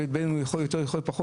בין אם הוא יכול יותר או פחות,